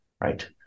right